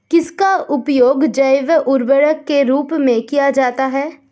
किसका उपयोग जैव उर्वरक के रूप में किया जाता है?